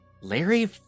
Larry